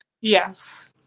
Yes